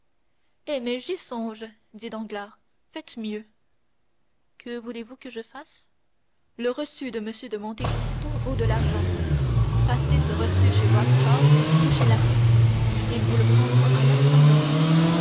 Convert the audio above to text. mais j'y songe dit danglars faites mieux que voulez-vous que je fasse le reçu de m de monte cristo vaut de l'argent passez ce reçu chez rothschild ou chez laffitte ils vous le prendront à l'instant même